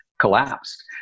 collapsed